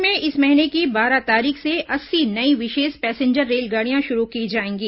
देश में इस महीने की बारह तारीख से अस्सी नई विशेष पैसेंजर रेलगाडियां शुरू की जाएंगी